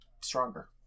stronger